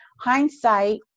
hindsight